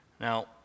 Now